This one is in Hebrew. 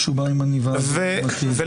כשהוא בא עם עניבה הוא לעומתי.